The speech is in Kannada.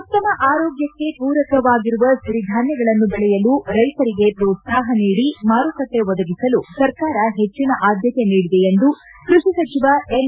ಉತ್ತಮ ಆರೋಗ್ಯಕ್ಕೆ ಪೂರಕವಾಗಿರುವ ಸಿರಿಧಾನ್ಯಗಳನ್ನು ಬೆಳೆಯಲು ರೈತರಿಗೆ ಪ್ರೋತ್ಸಾಹ ನೀದಿ ಮಾರುಕಟ್ಟೆ ಒದಗಿಸಲು ಸರ್ಕಾರ ಹೆಚ್ಚಿನ ಆದ್ಯತೆ ನೀಡಿದೆ ಎಂದು ಕೃಷಿ ಸಚಿವ ಎನ್